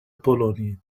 pologne